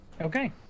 okay